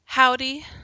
Howdy